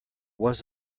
was